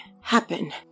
happen